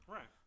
Right